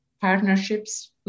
partnerships